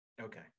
okay